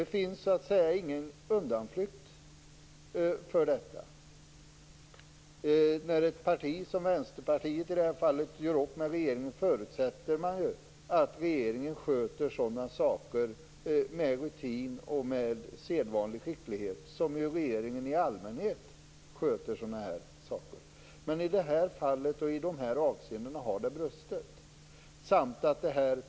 Det finns ingen ursäkt för detta. När ett parti som i det här fallet Vänsterpartiet gör upp med regeringen förutsätter man ju att regeringen sköter rutinfrågor med sedvanlig skicklighet, precis som en regering i allmänhet sköter sådana här saker. Men i det här fallet och i dessa avseenden har det brustit.